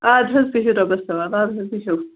اَدٕ حظ بِہِو رۅبَس حَوال اَدٕ حظ بِہِو